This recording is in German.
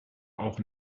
auch